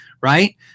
right